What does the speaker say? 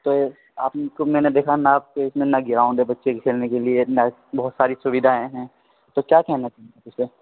تو آپ کو میں نے دیکھا نہ آپ کے اس میں نہ گراؤنڈ ہے بچے کھیلنے کے لیے نہ بہت ساری سویدھائیں ہیں تو کیا کہنا چاہیں گے آپ اسے